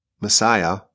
Messiah